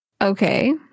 Okay